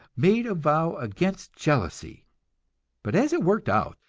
made a vow against jealousy but as it worked out,